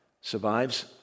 survives